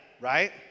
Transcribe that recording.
right